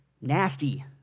nasty